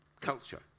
culture